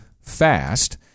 FAST